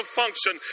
function